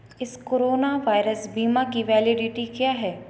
इस corona virus बीमा की वैलिडिटी क्या है